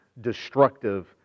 destructive